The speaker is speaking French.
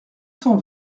cent